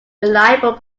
reliable